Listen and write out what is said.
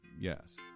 yes